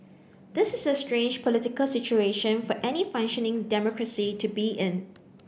this is a strange political situation for any functioning democracy to be in